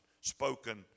spoken